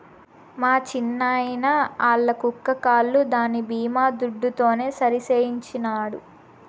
మా చిన్నాయిన ఆల్ల కుక్క కాలు దాని బీమా దుడ్డుతోనే సరిసేయించినాడు